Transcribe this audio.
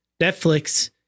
Netflix